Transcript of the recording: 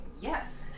Yes